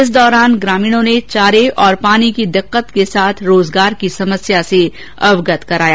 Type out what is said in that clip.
इस दौरान ग्रामीणों ने चारे और पानी की दिकत के साथ रोजगार की समस्या से अवगत कराया